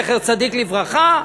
זכר צדיק לברכה,